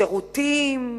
שירותים,